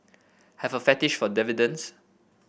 have a fetish for dividends